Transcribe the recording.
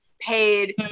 paid